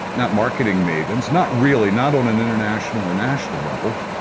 not marketing mavens, not really, not on an international or national level.